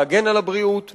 להגן על הבריאות,